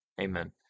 Amen